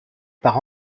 par